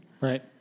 Right